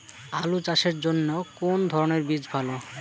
আলু চাষের জন্য কোন ধরণের বীজ ভালো?